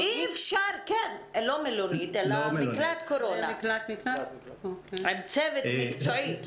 לא מלונית אלא מקלט קורונה, עם צוות מקצועי.